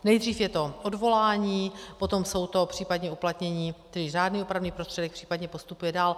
Nejdřív je to odvolání, potom jsou to případně uplatnění, tedy řádný opravný prostředek, případně postupuje dál.